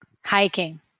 hiking